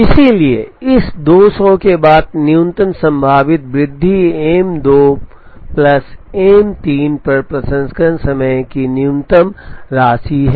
इसलिए इस 200 के बाद न्यूनतम संभावित वृद्धि एम 2 प्लस एम 3 पर प्रसंस्करण समय की न्यूनतम राशि है